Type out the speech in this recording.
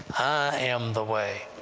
am the way.